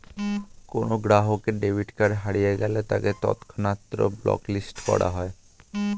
কোনো গ্রাহকের debit card হারিয়ে গেলে তাকে তৎক্ষণাৎ ব্লক লিস্ট করা হয়